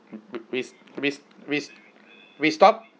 we we we we stop